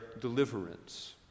deliverance